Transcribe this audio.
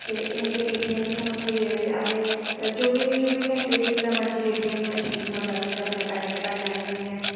ते हून ते ए टी एम बी सानूं थ्होई गेदे ते चौबी चौबी घैंटे जोह्लै मर्जी ए टी एम मशीन कोल जाच्चै ते अपने पैहे कढ़ाई लैने होन्ने आं